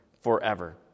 forever